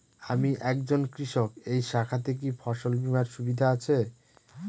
আমি একজন কৃষক এই শাখাতে কি ফসল বীমার সুবিধা আছে?